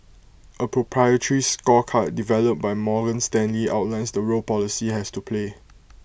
A proprietary scorecard developed by Morgan Stanley outlines the role policy has to play